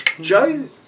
Joe